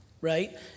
Right